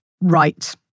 Right